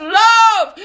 love